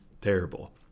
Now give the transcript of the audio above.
terrible